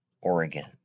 Oregon